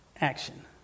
action